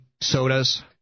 sodas